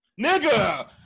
Nigga